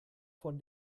von